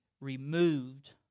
removed